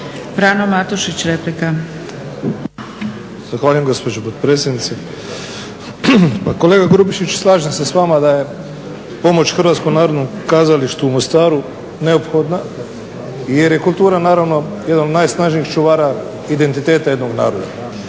Frano (HDZ)** Zahvaljujem gospođo potpredsjednice. Pa kolega Grubišić slažem se s vama da je pomoć Hrvatskom Narodnom Kazalištu u Mostaru neophodna jer je kultura naravno jedan od najsnažnijih čuvara identiteta jednog naroda